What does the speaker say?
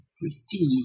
prestige